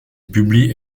publie